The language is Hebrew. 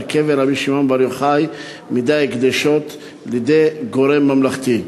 קבר רבי שמעון בר יוחאי מידי ההקדשות לידי גורם ממלכתי.